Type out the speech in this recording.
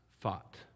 fought